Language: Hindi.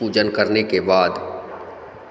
पूजन करने के बाद